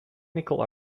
nickel